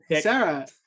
sarah